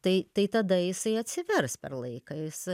tai tai tada jisai atsivers per laiką jis